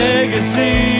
Legacy